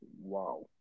Wow